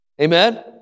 Amen